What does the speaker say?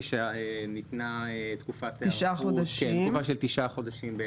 היא שניתנה תקופת היערכות של תשעה חודשים.